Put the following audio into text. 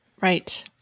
right